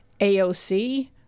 AOC